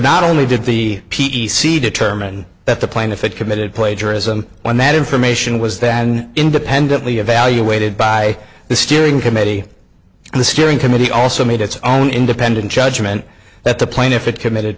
not only did the p t c determine that the plaintiff it committed plagiarism when that information was then independently evaluated by the steering committee and the steering committee also made its own independent judgment that the plaintiff it committed